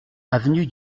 avenue